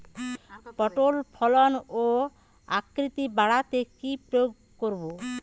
পটলের ফলন ও আকৃতি বাড়াতে কি প্রয়োগ করব?